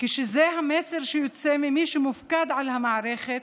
כשזה המסר שיוצא ממי שמופקד על המערכת,